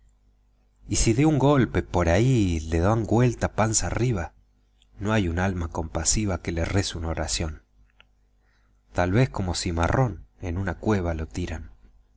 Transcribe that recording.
y si de un golpe por ahi lo dan güelta panza arriba no hay un alma compasiva que le rece una oración tal vez como cimarrón en una cueva lo tiran